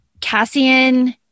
Cassian